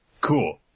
cool